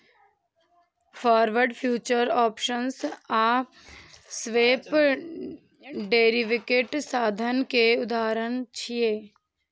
forward, futures, options आ swap derivative साधन के उदाहरण छियै